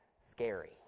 scary